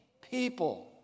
people